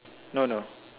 no no